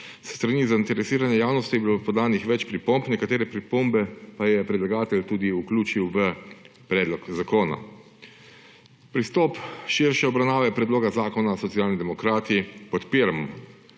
S strani zainteresirane javnosti je bilo podanih več pripomb, nekatere pripombe pa je predlagatelj tudi vključil v predlog zakona. Pristop k širši obravnavi predloga zakona Socialni demokrati podpiramo,